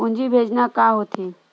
पूंजी भेजना का होथे?